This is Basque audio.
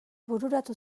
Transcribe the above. bururatu